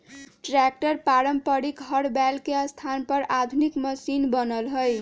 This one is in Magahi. ट्रैक्टर पारम्परिक हर बैल के स्थान पर आधुनिक मशिन बनल हई